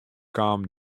kaam